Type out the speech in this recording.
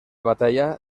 batalla